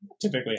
typically